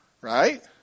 Right